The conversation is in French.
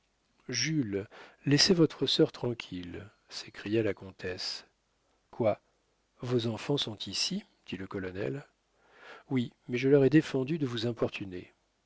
jules laissez votre sœur tranquille s'écria la comtesse quoi vos enfants sont ici dit le colonel oui mais je leur ai défendu de vous importuner